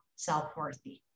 self-worthy